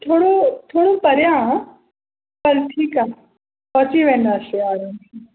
थोरो थोरो परियां हां ठीकु पहुची वेंदासे आरामु सां